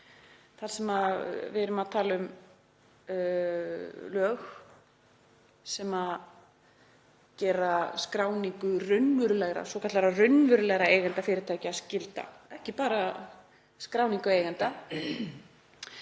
þar sem við erum að tala um lög sem gera skráningu svokallaða raunverulega eigendur fyrirtækja að skyldu, ekki bara skráningu eigenda